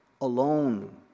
alone